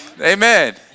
Amen